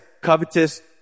covetous